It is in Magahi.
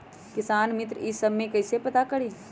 किसान मित्र ई सब मे कईसे पता करी?